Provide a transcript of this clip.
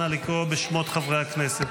נא לקרוא בשמות חברי הכנסת.